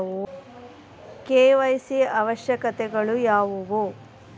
KYC ಅವಶ್ಯಕತೆಗಳು ಯಾವುವು?